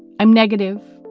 i'm negative.